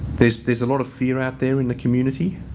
there's there's a lot of fear out there in the community.